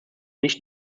nicht